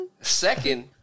second